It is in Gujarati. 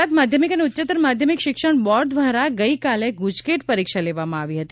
ગુજરાત માધ્યમિક અને ઉચ્ચત્તર માધ્યમિક શિક્ષણ બોર્ડ દ્વારા ગઇકાલે ગુજકેટ પરીક્ષા લેવામાં આવી હતી